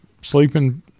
sleeping